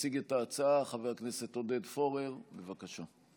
יציג את ההצעה חבר הכנסת עודד פורר, בבקשה.